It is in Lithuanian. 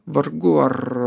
vargu ar